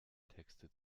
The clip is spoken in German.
texte